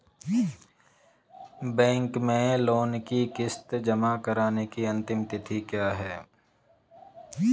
Bank में loan की किश्त जमा कराने की अंतिम तिथि क्या है?